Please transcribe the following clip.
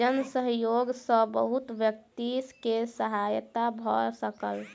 जन सहयोग सॅ बहुत व्यक्ति के सहायता भ सकल